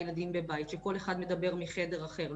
ילדים בבית שכל אחד מדבר מחדר אחר,